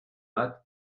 blat